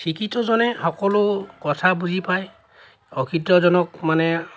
শিক্ষিতজনে সকলো কথা বুজি পাই অশিক্ষিতজনক মানে